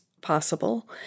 possible